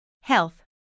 Health